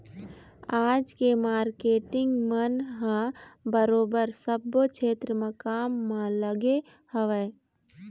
आज के मारकेटिंग मन ह बरोबर सब्बो छेत्र म काम म लगे हवँय